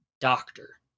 doctor